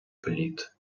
пліт